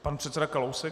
Pan předseda Kalousek.